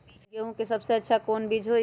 गेंहू के सबसे अच्छा कौन बीज होई?